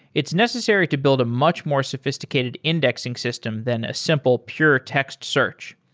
it's necessary to build a much more sophisticated indexing system than a simple, pure text search.